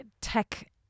tech